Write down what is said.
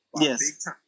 Yes